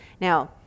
Now